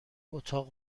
اتاق